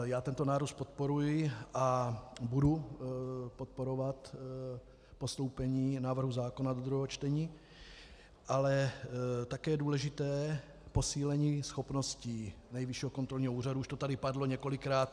Já tento nárůst podporuji a budu podporovat postoupení návrhu zákona do druhého čtení, ale je také důležité posílení schopností Nejvyššího kontrolního úřadu, už to tady padlo několikrát.